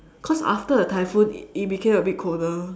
cause after the typhoon it it became a bit colder